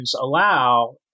allow